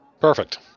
Perfect